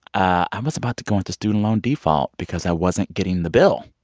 i was about to go into student loan default because i wasn't getting the bill.